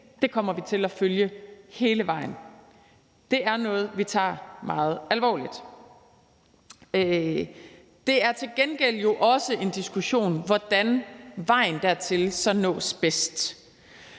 kommer vi til at følge hele vejen. Det er noget, vi tager meget alvorligt. Det er til gengæld jo også en diskussion om, hvordan vejen dertil så nås bedst.